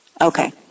Okay